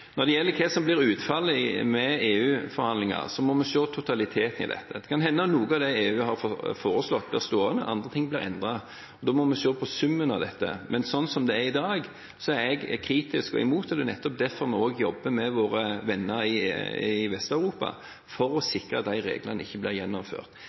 Når det gjelder hva som blir utfallet av EU-forhandlingene, må vi se totaliteten i dette. Det kan hende at noe av dette EU har foreslått, blir stående, og at andre ting blir endret. Da må vi se på summen av dette. Men sånn som det er i dag, er jeg kritisk og imot, og det er nettopp derfor vi også jobber mot våre venner i Vest-Europa for å